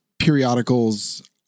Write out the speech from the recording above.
periodicals